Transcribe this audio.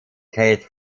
keith